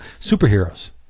superheroes